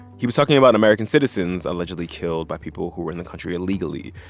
he was talking about american citizens allegedly killed by people who were in the country illegally.